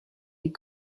les